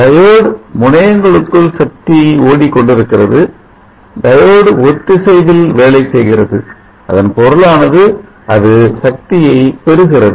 Dioide முனையங்களுக்குள் சக்தி ஓடிக்கொண்டிருக்கிறது டயோடு ஒத்திசைவில் வேலை செய்கிறது அதன் பொருளானது அது சக்தியை பெறுகிறது